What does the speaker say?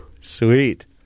Sweet